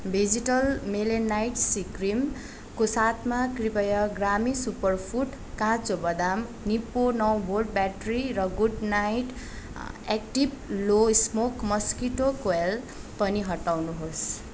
भेजिटल Melanite C क्रिमको साथमा कृपया ग्रामी सुपरफुड काँचो बदाम निप्पो नौ भोल्ट ब्याट्री र Good Knight active low smoke mosquito coil पनि हटाउनुहोस्